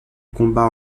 combats